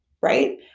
right